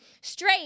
straight